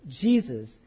Jesus